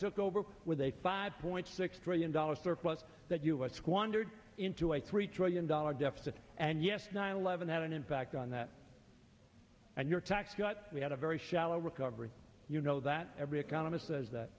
took over with a five point six trillion dollars surplus that us squandered into a three trillion dollar deficit and yes nine eleven had an impact on that and your tax cut we had a very shallow recovery you know that every economist says that